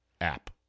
app